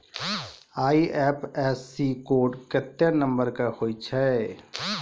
IFSC code केत्ते number के होय छै